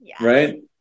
right